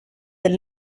del